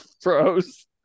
froze